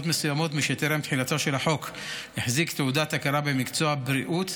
מסוימות מי שטרם תחילתו של החוק החזיק תעודת הכרה במקצוע בריאות,